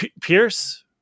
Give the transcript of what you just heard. Pierce